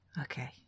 okay